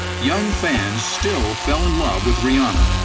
young fans still fell in love with rihanna.